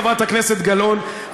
חברת הכנסת גלאון,